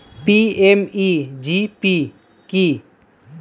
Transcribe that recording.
PMEGP কি?